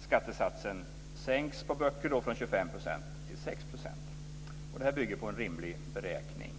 skattesatsen sänks på böcker från 25 % till 6 %. Det bygger på en rimlig beräkning.